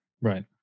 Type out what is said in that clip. Right